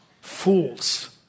Fools